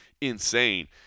insane